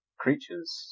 creatures